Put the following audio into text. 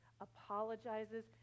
apologizes